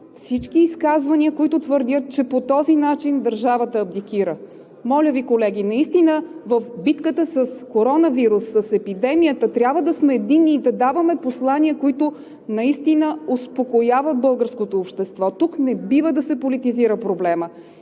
всички изказвания, които твърдят, че по този начин държавата абдикира. Моля Ви, колеги, наистина в битката с коронавируса, с епидемията трябва да сме единни и да даваме послания, които наистина успокояват българското общество. Тук не бива да се политизира проблемът